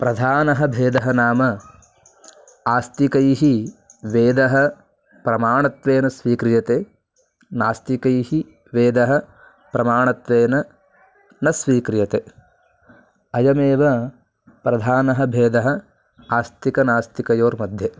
प्रधानः भेदः नाम आस्तिकैः वेदः प्रमाणत्वेन स्वीक्रियते नास्तिकैः वेदः प्रमाणत्वेन न स्वीक्रियते अयमेव प्रधानः भेदः आस्तिकनास्तिकयोर्मध्ये